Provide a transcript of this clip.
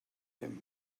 him